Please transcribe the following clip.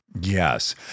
Yes